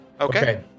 Okay